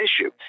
issue